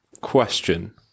question